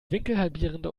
winkelhalbierende